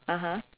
(uh huh)